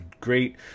great